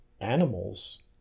animals